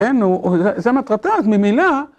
‫כן, נו, זה מטרתה אז ממילא…